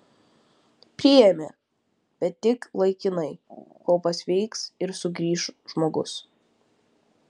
priėmė bet tik laikinai kol pasveiks ir sugrįš žmogus